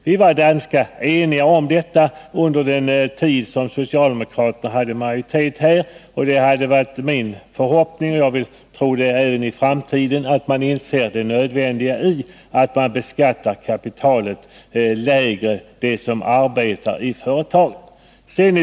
Vi var ganska eniga om dessa beskattningsregler under den tid som socialdemokraterna hade majoritet. Det var min förhoppning att socialdemokraterna även framgent skulle inse det nödvändiga i att lägre beskatta det kapital som arbetar i företag.